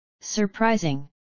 surprising